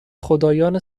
خدایان